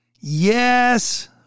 yes